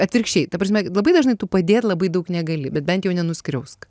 atvirkščiai ta prasme labai dažnai tu padėt labai daug negali bet bent jau nenuskriausk